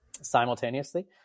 simultaneously